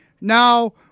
now